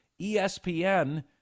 ESPN